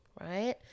Right